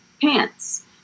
pants